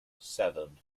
seven